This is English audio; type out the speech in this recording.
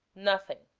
nothing.